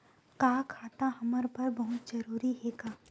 का खाता हमर बर बहुत जरूरी हे का?